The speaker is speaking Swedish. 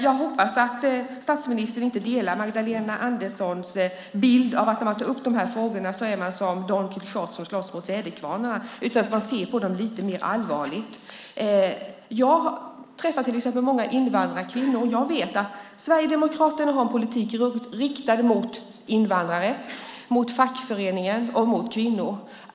Jag hoppas att statsministern inte delar Magdalena Anderssons bild av att man när man tar upp de här frågorna är som Don Quijote som slåss mot väderkvarnar, utan att han ser på dem lite mer allvarligt. Jag träffar många invandrarkvinnor. Sverigedemokraterna har en politik som riktas mot invandrare, fackföreningar och kvinnor.